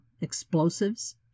explosives